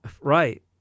Right